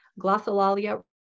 glossolalia